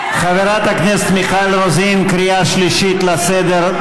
מיכל רוזין, קריאה שלישית לסדר.